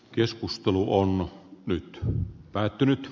keskustelu on nyt on päättynyt